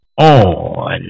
on